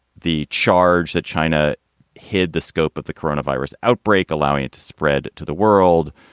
the charge that china hid the scope of the corona virus outbreak, allowing it to spread to the world.